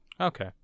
Okay